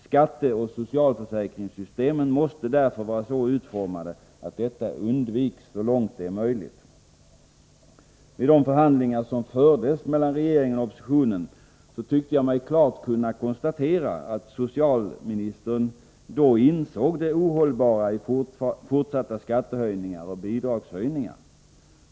Skatteoch socialförsäkringssystemen måste därför vara så utformade att detta undviks så långt det är möjligt. Vid de förhandlingar som fördes mellan regeringen och oppositionen tyckte jag mig klart kunna konstatera att socialministern då insåg det ohållbara i fortsatta skattehöjningar och bidragshöjningar.